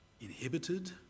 inhibited